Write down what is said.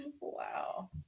wow